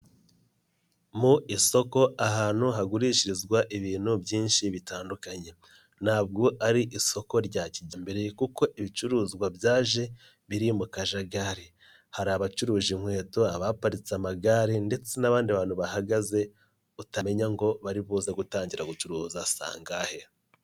Mu isoko ahantu hagurishirizwa ibintu byinshi bitandukanye. Ntabwo ari isoko rya kijyambere kuko ibicuruzwa byaje biri mu kajagari. Hari abacuruza inkweto, abaparitse amagare ndetse n'abandi bantu bahagaze utamenya ngo bari buze gutangira gucuruza saa ngahe.